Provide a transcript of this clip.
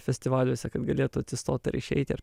festivaliuose kad galėtų atsistot ar išeiti ar